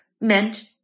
meant